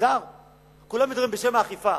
כולם מדברים בשם האכיפה.